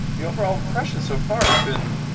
the overall impression so far has been